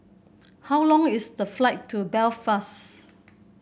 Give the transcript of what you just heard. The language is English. how long is the flight to Belfast